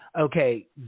okay